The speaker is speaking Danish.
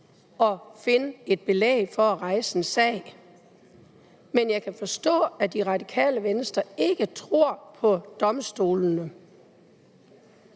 og finde et belæg for at føre en sag. Men jeg kan forstå, at Det Radikale Venstre ikke tror på domstolene.